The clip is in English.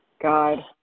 God